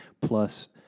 Plus